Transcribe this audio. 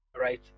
Right